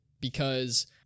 because-